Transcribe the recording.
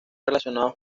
relacionados